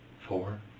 Four